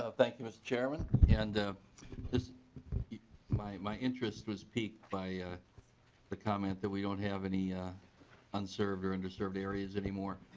ah thank you mr. chairman and my my interest was peaked by the comment that we don't have any unserved or under served areas anymore.